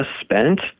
spent